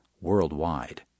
worldwide